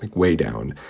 like way down.